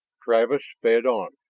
travis sped on.